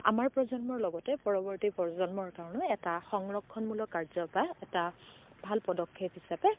আমাৰ প্ৰজন্মৰ লগতে পৰৱৰ্তী প্ৰজন্মৰ কাৰণেও এটা সংৰক্ষণমূলক কাৰ্য বা এটা ভাল পদক্ষেপ হিচাপে